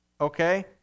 Okay